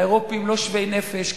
האירופים לא שווי נפש.